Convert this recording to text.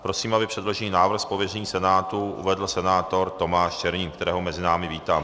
Prosím, aby předložený návrh z pověření Senátu uvedl senátor Tomáš Czernin, kterého mezi námi vítám.